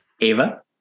Ava